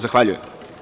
Zahvaljujem.